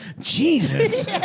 Jesus